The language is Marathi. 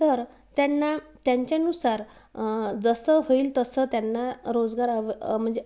तर त्यांना त्यांच्यानुसार जसं होईल तसं त्यांना रोजगार अव म्हणजे